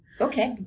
Okay